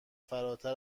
فراتر